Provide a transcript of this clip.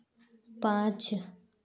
पाँच